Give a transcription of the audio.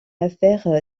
affaire